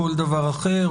כל דבר אחר,